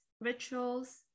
rituals